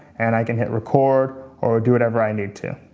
and i can hit record or do whatever i need to.